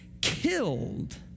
killed